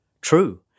True